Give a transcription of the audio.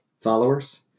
followers